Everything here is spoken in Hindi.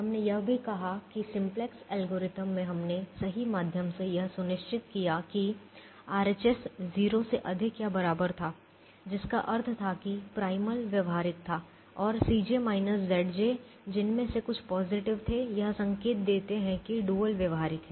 हमने यह भी कहा कि सिम्प्लेक्स एल्गोरिथम में हमने सही माध्यम से यह सुनिश्चित किया कि RHS 0 से अधिक या बराबर था जिसका अर्थ था कि प्राइमल व्यावहारिक था और जिनमें से कुछ पॉजिटिव थे यह संकेत देते हैं कि डुअल व्यावहारिक है